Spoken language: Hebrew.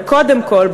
וקודם כול,